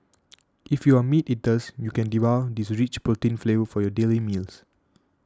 if you are meat eaters you can devour this rich protein flavor for your daily meals